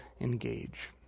engage